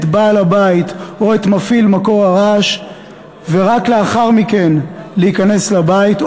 בעל-הבית או את מפעיל מקור הרעש ורק לאחר מכן להיכנס לבית.